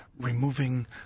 removing